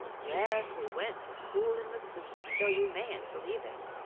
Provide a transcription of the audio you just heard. yes, we went to school in the sea, though you mayn't believe it